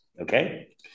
okay